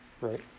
right